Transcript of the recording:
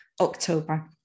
October